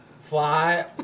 Fly